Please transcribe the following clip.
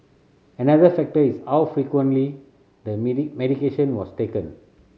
another factor is how frequently the medication was taken